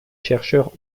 chercheurs